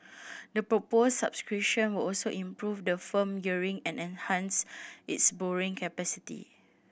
the proposed subscription will also improve the firm gearing and enhance its borrowing capacity